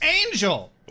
angel